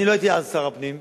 אני לא הייתי אז שר פנים.